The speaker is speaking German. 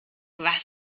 was